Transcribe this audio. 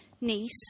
niece